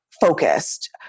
focused